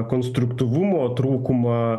konstruktyvumo trūkumą